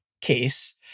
case